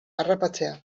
harrapatzea